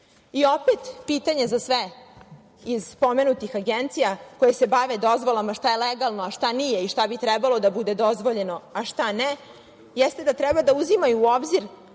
pitanje za sve iz pomenutih agencija koje se bave dozvolama šta je legalno, šta nije, šta bi trebalo da bude dozvoljeno, a šta ne, jeste da treba da uzimaju u obzir